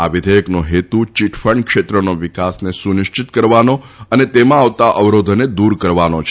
આ વિઘેયકનો હેતુ ચીટફંડ ક્ષેત્રનો વિકાસને સુનિશ્ચિત કરવાનો અને તેમાં આવતા અવરોધોને દૂર કરવાનો છે